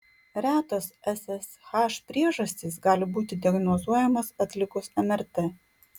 retos ssh priežastys gali būti diagnozuojamos atlikus mrt